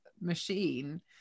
machine